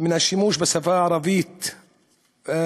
מן השימוש בשפה הערבית בכריזה.